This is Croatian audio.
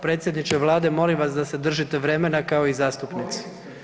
Predsjedniče Vlade molim vas da se držite vremena kao i zastupnici.